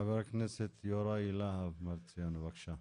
חבר הכנסת יוראי להב הרצנו, בבקשה.